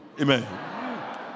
Amen